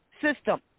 system